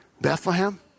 Bethlehem